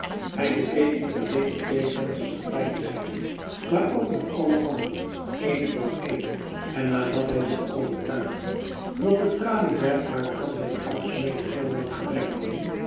hij bekeek niet alleen de twee vensters aan beide zijden maar ook nog alle andere één voor één en nadat hij zich overtuigd had dat het traliewerk waaraan zijn goudsmeden zoo lang gewerkt hadden